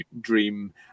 dream